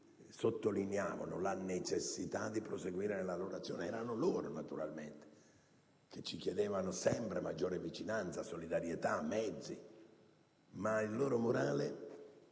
ci sottolineavano la necessità di proseguire nella loro azione. Erano loro che ci chiedevano sempre maggiore vicinanza, solidarietà e mezzi; il loro morale